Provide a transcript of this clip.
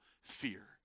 fear